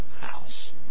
house